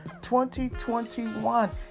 2021